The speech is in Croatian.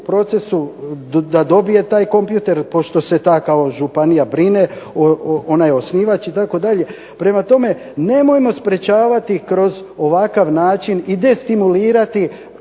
procesu da dobije taj kompjuter pošto se ta kao županija brine, ona je osnivač itd. Prema tome, nemojmo sprečavati kroz ovakav način i destimulirati